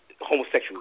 homosexual